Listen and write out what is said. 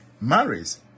marries